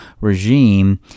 regime